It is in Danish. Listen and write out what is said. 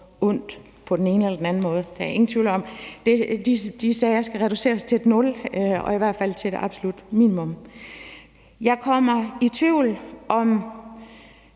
på den ene eller den anden måde. Der er ingen tvivl om, at de sager skal reduceres til et nul, og i hvert fald til et absolut minimum. Jeg er i tvivl om,